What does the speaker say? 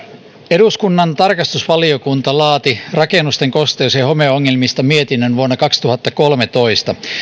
eduskunnan tarkastusvaliokunta laati rakennusten kosteus ja homeongelmista mietinnön vuonna kaksituhattakolmetoista